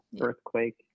Earthquake